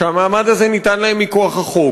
מעמד שניתן להם מכוח החוק,